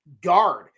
guard